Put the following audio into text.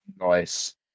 nice